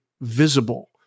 visible